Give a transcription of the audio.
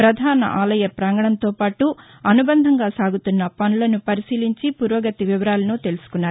ప్రధాన ఆలయ ప్రాంగణంతో పాటు అనుబంధంగా సాగుతున్న పనులను పరిశీలించి పురోగతి వివరాలను తెలుసుకున్నారు